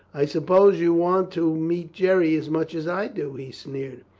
i suppose you want to meet jerry as much as i do, he sneered.